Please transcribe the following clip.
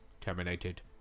terminated